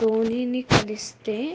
ధోనిని కలిస్తే